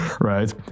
Right